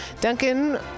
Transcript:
Duncan